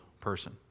person